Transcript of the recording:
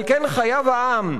על כן חייב העם,